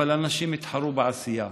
אבל אנשים התחרו בעשייה.